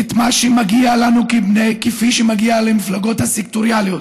את מה שמגיע לנו, כפי שמגיע למפלגות הסקטוריאליות,